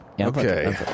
Okay